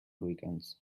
weekends